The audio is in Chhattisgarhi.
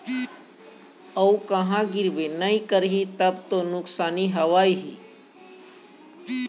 अऊ कहूँ गिरबे नइ करही तब तो नुकसानी हवय ही